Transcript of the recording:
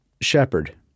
Shepherd